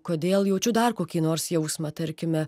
kodėl jaučiu dar kokį nors jausmą tarkime